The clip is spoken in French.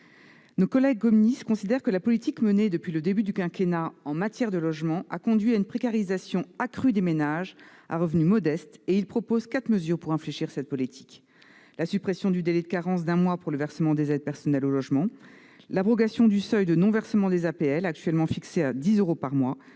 Nos collègues communistes considèrent que la politique menée depuis le début du quinquennat en matière de logement a conduit à une précarisation accrue des ménages à revenus modestes, et ils proposent quatre mesures pour infléchir cette politique : la suppression du délai de carence d'un mois pour le versement des aides personnelles au logement ; l'abrogation du seuil de non-versement des APL, actuellement fixé à 10 euros par mois